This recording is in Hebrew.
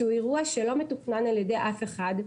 שהוא אירוע שלא מתוכנן על ידי אף אחד,